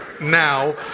now